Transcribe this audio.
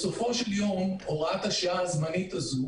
בסופו של יום הוראת השעה הזמנית הזו